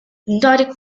indirect